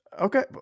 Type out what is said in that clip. Okay